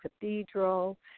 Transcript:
Cathedral